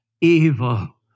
evil